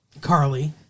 Carly